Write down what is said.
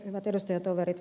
hyvät edustajatoverit